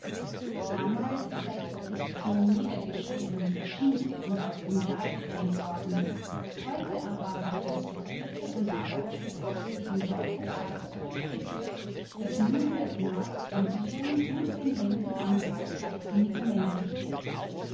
damals sei die opposition niedergeschrieen beschimpft und aus dem saal gedrängt worden heute aber habe das verführte und berauschte volk sie in solcher zahl zurückgeführt daß nunmehr die macht in ihren und den händen anderer freisinniger männer liege